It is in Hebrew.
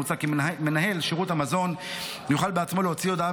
מוצע כי מנהל שירות המזון יוכל בעצמו להוציא הודעה